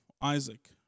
Isaac